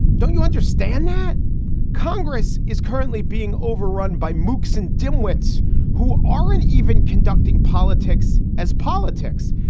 don't you understand that congress is currently being overrun by mook's and dimwits who aren't even conducting politics as politics?